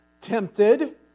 tempted